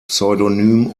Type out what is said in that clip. pseudonym